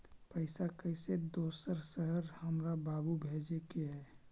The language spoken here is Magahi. पैसा कैसै दोसर शहर हमरा बाबू भेजे के है?